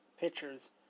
pictures